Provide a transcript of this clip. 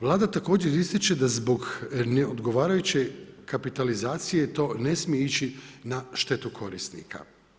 Vlada također ističe da zbog ne odgovarajuće kapitalizacije to ne smije ići na štetu korisnika.